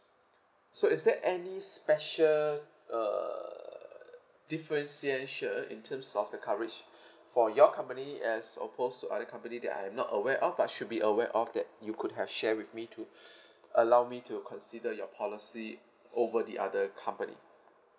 so is there any special uh differentiation in terms of the coverage for your company as opposed to other company that I'm not aware of but should be aware of that you could have share with me to allow me to consider your policy over the other company